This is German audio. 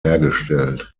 hergestellt